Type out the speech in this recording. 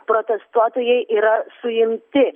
protestuotojai yra suimti